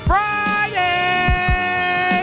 Friday